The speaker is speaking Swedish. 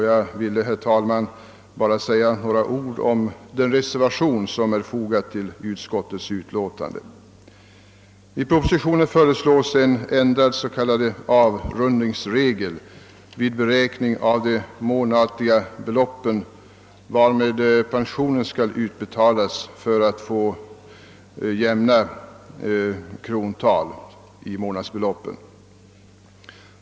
Jag vill, herr talman, bara säga några ord om den reservation som är fogad till utskottets utlåtande. I propositionen föreslås en ändrad s.k. avrundningsregel, som skulle gälla vid beräkning av de månatliga belopp varmed pensionen skall utbetalas. Man eftersträvar med det nya förslaget att få jämna krontal i månadsbeloppen.